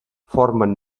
formen